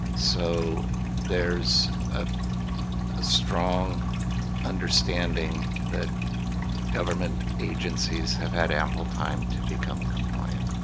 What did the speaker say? so there's a strong understanding that government agencies have had ample time to become compliant